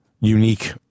unique